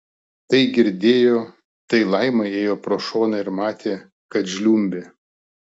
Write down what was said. tai girdėjo tai laima ėjo pro šoną ir matė kad žliumbė